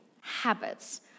habits